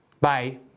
bye